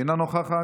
אינה נוכחת,